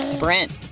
brent.